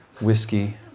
whiskey